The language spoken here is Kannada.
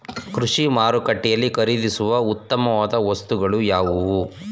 ಕೃಷಿ ಮಾರುಕಟ್ಟೆಯಲ್ಲಿ ಖರೀದಿಸುವ ಉತ್ತಮವಾದ ವಸ್ತುಗಳು ಯಾವುವು?